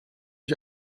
ich